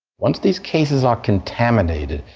once these cases are contaminated,